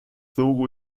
logo